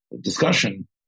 discussion